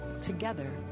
Together